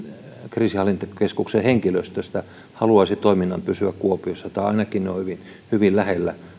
kriisinhallintakeskuksen henkilöstöstä haluaisi toiminnan pysyvän kuopiossa tai ainakin hyvin hyvin lähellä